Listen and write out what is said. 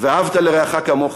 "ואהבת לרעך כמוך",